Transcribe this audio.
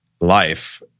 life